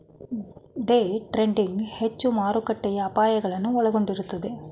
day trading ಹೆಚ್ಚು ಮಾರುಕಟ್ಟೆಯ ಅಪಾಯಗಳನ್ನು ಒಳಗೊಂಡಿರುತ್ತದೆ